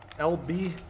lb